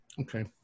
Okay